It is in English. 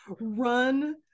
run